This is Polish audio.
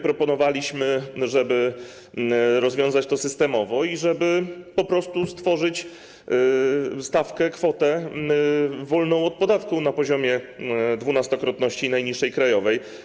Proponowaliśmy, żeby rozwiązać to systemowo i po prostu stworzyć stawkę, kwotę wolną od podatku na poziomie dwunastokrotności najniższej krajowej.